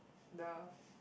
the